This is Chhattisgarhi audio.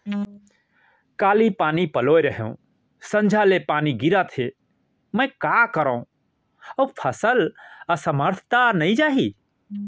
काली पानी पलोय रहेंव, संझा ले पानी गिरत हे, मैं का करंव अऊ फसल असमर्थ त नई जाही?